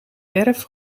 werf